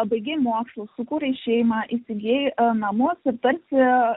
pabaigei mokslus sukūrei šeimą įsigyjai namus ir tarsi